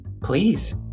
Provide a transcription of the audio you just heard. Please